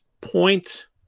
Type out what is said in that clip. point